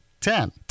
Ten